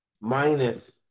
Minus